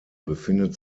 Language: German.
befindet